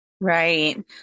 Right